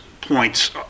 points